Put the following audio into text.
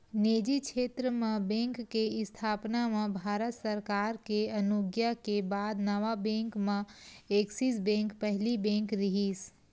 निजी छेत्र म बेंक के इस्थापना म भारत सरकार के अनुग्या के बाद नवा बेंक म ऐक्सिस बेंक पहिली बेंक रिहिस